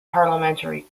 parliamentary